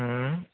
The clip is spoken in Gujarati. હમ